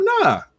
nah